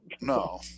No